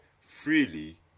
freely